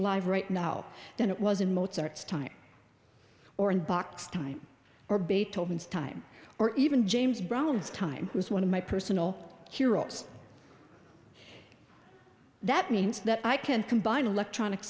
alive right now than it was in mozart's time or inbox time or beethoven's time or even james brown's time is one of my personal heroes that means that i can combine electronic